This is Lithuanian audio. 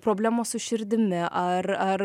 problemos su širdimi ar ar